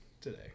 today